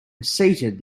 seated